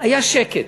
היה שקט,